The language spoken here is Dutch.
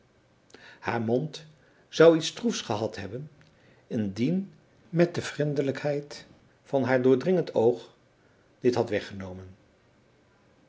haar mond zou iets stroefs gehad hebben indien niet de vrindelijkheid van haar doordringend oog dit had weggenomen